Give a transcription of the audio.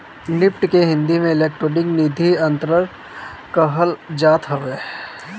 NEFT के हिंदी में electronic निधि अंतरण कहल जात हवे